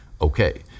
okay